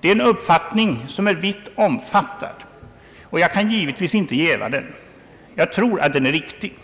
Det är en uppfattning som är vitt omfattad, och jag kan givetvis inte jäva den. Jag tror att den är riktig.